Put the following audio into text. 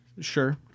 Sure